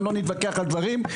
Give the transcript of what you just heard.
לא נתווכח על דברים,